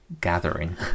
gathering